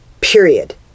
Period